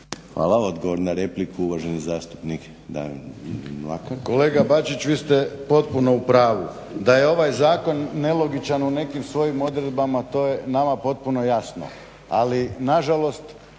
Mlakar. **Mlakar, Davorin (HDZ)** Kolega Bačić vi ste potpuno u pravu da je ovaj zakon nelogičan u nekim svojim odredbama to je nama potpuno jasno, ali nažalost